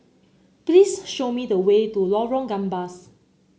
please show me the way to Lorong Gambas